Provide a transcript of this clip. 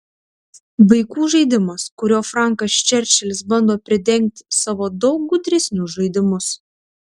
vaikų žaidimas kuriuo frankas čerčilis bando pridengti savo daug gudresnius žaidimus